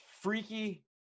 freaky